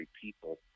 people